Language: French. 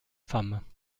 femmes